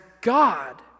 God